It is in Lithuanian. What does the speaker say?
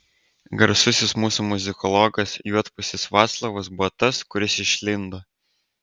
garsusis mūsų muzikologas juodpusis vaclovas buvo tas kuris išlindo